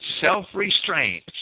self-restraint